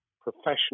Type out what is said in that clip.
professional